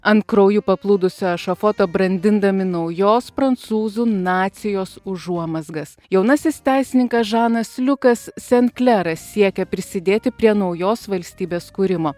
ant krauju paplūdusio ešafoto brandindami naujos prancūzų nacijos užuomazgas jaunasis teisininkas žanas liukas sent kleras siekia prisidėti prie naujos valstybės kūrimo